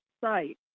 site